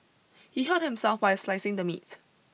he hurt himself while slicing the meat